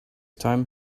time